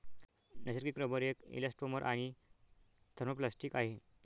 नैसर्गिक रबर एक इलॅस्टोमर आणि थर्मोप्लास्टिक आहे